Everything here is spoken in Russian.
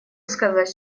сказать